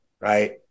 right